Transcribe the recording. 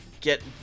get